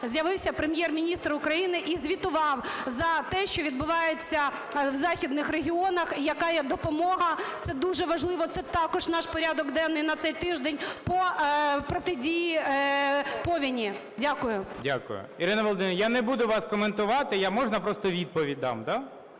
з'явився Прем'єр-міністр України і звітував за те, що відбувається в західних регіонах, яка є допомога. Це дуже важливо. Це також наш порядок денний на цей тиждень по протидії повені. Дякую. ГОЛОВУЮЧИЙ. Дякую. Ірина Володимирівна. Я не буду вас коментувати. Я, можна, просто відповідь дам, да?